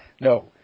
no